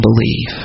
believe